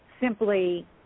simply